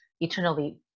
eternally